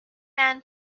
man